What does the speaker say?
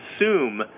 assume